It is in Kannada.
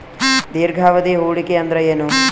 ದೀರ್ಘಾವಧಿ ಹೂಡಿಕೆ ಅಂದ್ರ ಏನು?